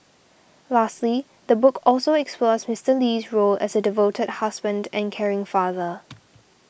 lastly the book also explores Mister Lee's role as a devoted husband and caring father